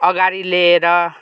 अगाडि लिएर